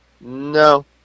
No